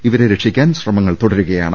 ഇവരെ രക്ഷി ക്കാൻ ശ്രമങ്ങൾ തുടരുകയാണ്